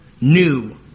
new